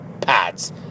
pads